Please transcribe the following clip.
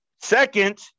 Second